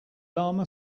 llama